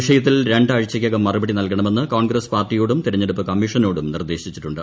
വിഷയത്തിൽ രണ്ട് ആഴ്ചക്കകം മറുപടി നല്കണമെന്ന് കോൺഗ്രസ് പാർട്ടിയോടും തിരഞ്ഞെടുപ്പ് കമ്മീഷനോടും നിർദ്ദേശിച്ചിട്ടുണ്ട്